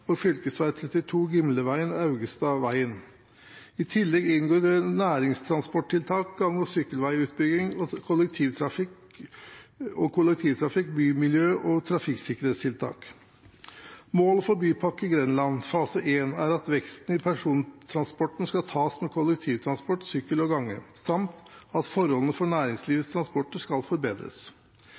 og fv. 32 Gimleveien–Augestadveien. I tillegg inngår næringstransporttiltak, gang- og sykkelveiutbygging og kollektivtrafikk-, bymiljø- og trafikksikkerhetstiltak. Målet for Bypakke Grenland fase 1 er at veksten i persontransporten skal tas med kollektivtransport, sykkel og gange, samt at forholdene for næringslivets transporter skal forbedres.